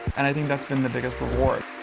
and i think that's been the biggest reward.